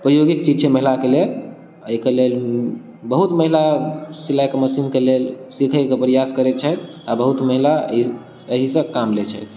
प्रयोगिक चीज छियै महिलाके लेल अइके लेल बहुत महिला सिलाइ मशीनके लेल सीखैके प्रयास करै छथि आओर बहुत महिला अहि अहिसँ काम लै छथि